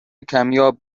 کمیاب